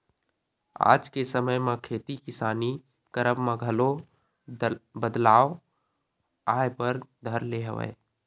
आज के समे म खेती किसानी करब म घलो बदलाव आय बर धर ले हवय